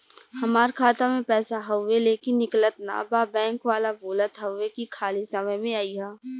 हमार खाता में पैसा हवुवे लेकिन निकलत ना बा बैंक वाला बोलत हऊवे की खाली समय में अईहा